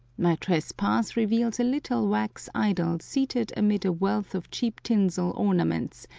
my trespass reveals a little wax idol seated amid a wealth of cheap tinsel ornaments,